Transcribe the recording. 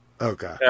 Okay